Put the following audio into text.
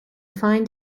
find